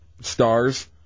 stars